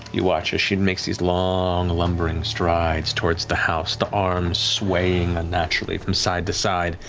you watch as she makes these long lumbering strides towards the house, the arms swaying unnaturally from side to side.